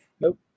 Nope